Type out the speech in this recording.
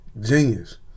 genius